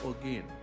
again